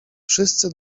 wszyscy